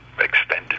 extended